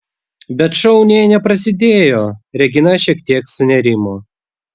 bet šou nė neprasidėjo regina šiek tiek sunerimo